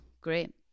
great